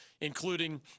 including